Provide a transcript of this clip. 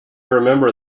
remember